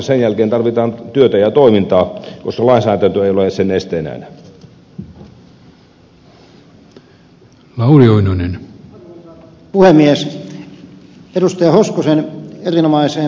sen jälkeen tarvitaan työtä ja toimintaa koska lainsäädäntö ei ole sen esteenä enää